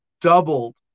doubled